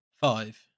Five